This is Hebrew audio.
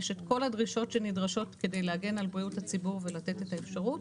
יש את כל הדרישות שנדרשות כדי להגן על בריאות הציבור ולתת את האפשרות',